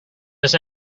miss